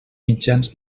mitjans